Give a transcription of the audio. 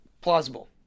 plausible